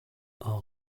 our